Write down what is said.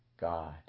God